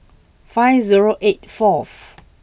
five zero eight forth